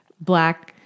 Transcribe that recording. black